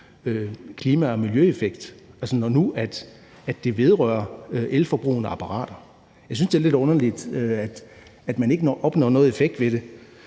klima- og miljøeffekt, når nu det vedrører elforbrugende apparater. Jeg synes, det er lidt underligt, at man ikke opnår nogen effekt af det.